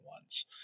ones